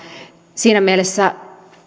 siinä mielessä